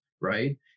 right